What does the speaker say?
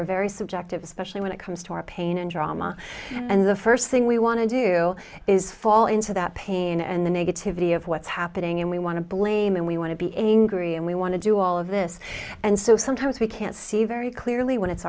are very subjective especially when it comes to our pain and drama and the first thing we want to do is fall into that pain and the negativity of what's happening and we want to blame and we want to be a gry and we want to do all of this and so sometimes we can't see very clearly when it's